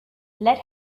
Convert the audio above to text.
let